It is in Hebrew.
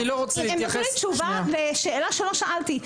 הם נתנו לי תשובה שהיא לא עניינית.